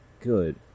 good